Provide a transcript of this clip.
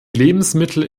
lebensmittel